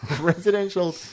Residential